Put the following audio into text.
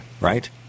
right